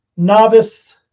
Novice